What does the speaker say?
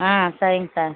ஆ சரிங்க சார்